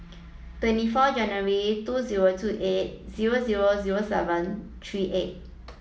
twenty four January two zero two eight zero zero zero seven three eight